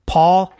Paul